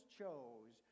chose